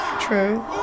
True